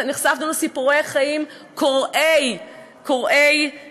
נחשפנו לסיפורי חיים קורעי לב.